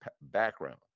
background